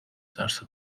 ترس